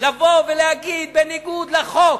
לבוא ולהגיד, בניגוד לחוק,